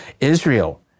Israel